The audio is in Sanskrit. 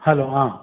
हलो हा